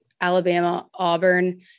Alabama-Auburn